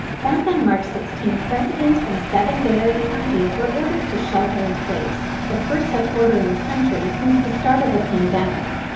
back on march sixteenth, residents from seven bay area counties were ordered to shelter in place, the first such order in the country since the start of the pandemic.